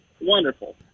Wonderful